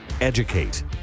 educate